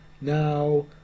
Now